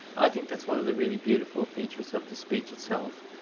i think that's one of the really beautiful features of the speech itself.